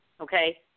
Okay